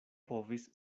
povis